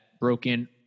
broken